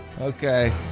Okay